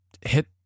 hit